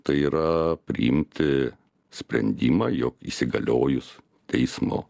tai yra priimti sprendimą jog įsigaliojus teismo